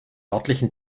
örtlichen